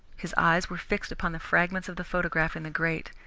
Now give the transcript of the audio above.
his eyes were fixed upon the fragments of the photograph in the grate.